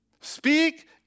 Speak